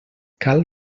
cal